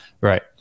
right